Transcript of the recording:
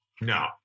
No